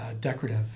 decorative